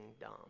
dumb